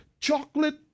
chocolate